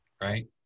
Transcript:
right